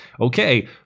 okay